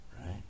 right